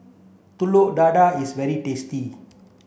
Telur Dadah is very tasty